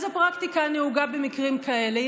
אז הפרקטיקה הנהוגה במקרים כאלה היא